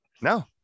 No